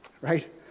right